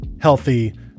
healthy